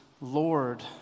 Lord